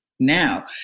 Now